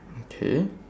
okay